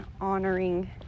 honoring